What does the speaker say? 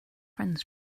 friends